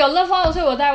that means